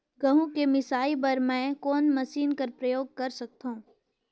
गहूं के मिसाई बर मै कोन मशीन कर प्रयोग कर सकधव?